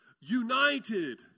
United